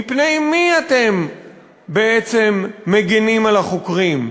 מפני מי אתם בעצם מגינים על החוקרים?